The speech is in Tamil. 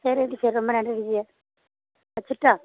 சரிங்க டீச்சர் ரொம்ப நன்றிங்க டீச்சர் வச்சிடட்டா